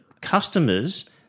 customers